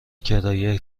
کرایه